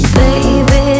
baby